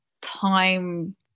time